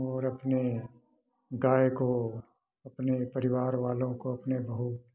और अपने गाय को अपने परिवार वालों को अपने बहू